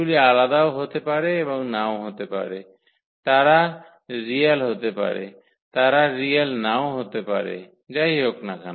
এগুলি আলাদাও হতে পারে এবং নাও পারে তারা রিয়েল হতে পারে তারা রিয়েল নাও হতে পারে যাই হোক না